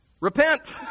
Repent